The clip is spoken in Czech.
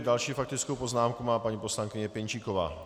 Další faktickou poznámku má paní poslankyně Pěnčíková.